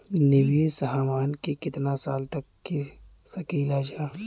निवेश हमहन के कितना साल तक के सकीलाजा?